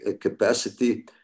capacity